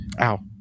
ow